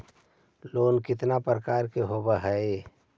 Loan केतना प्रकार के होव हइ?